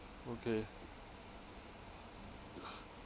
okay